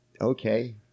okay